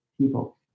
people